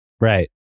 Right